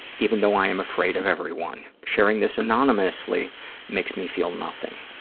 even though i am afraid of everyone. sharing this anonymously makes me feel nothing.